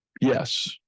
yes